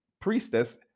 priestess